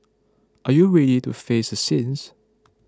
are you ready to face the sins